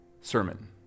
sermon